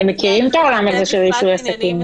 הם מכירים את העולם הזה של רישוי עסקים.